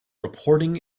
reporting